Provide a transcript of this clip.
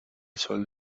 sol